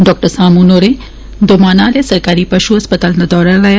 डॉ सामून होरें दोमाना आह्ले सरकारी पशु अस्पताल दा दौरा लाया